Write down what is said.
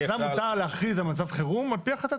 מותר להכריז על מצב חירום על פי החלטתה.